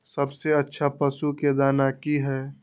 सबसे अच्छा पशु के दाना की हय?